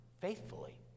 faithfully